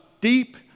deep